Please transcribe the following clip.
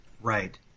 Right